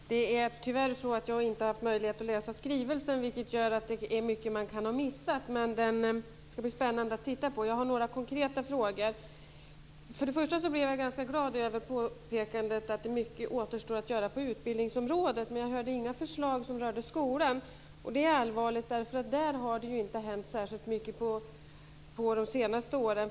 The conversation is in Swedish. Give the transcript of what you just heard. Fru talman! Det är tyvärr så att jag inte har haft möjlighet att läsa skrivelsen, vilket gör att det är mycket som jag kan ha missat. Men det ska bli spännande att läsa den. Jag har några konkreta frågor. Jag blev ganska glad över påpekandet att mycket återstår att göra på utbildningsområdet. Men jag hörde inga förslag som rörde skolan. Det är allvarligt därför att där har det inte hänt särskilt mycket på de senaste åren.